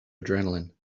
adrenaline